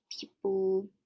people